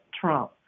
Trump